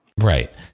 Right